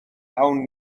awn